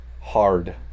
hard